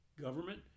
government